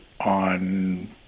on